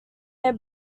their